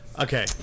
okay